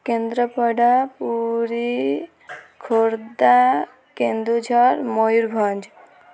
Kendrapara Puri Khordha Keonjhar Mayurbhanj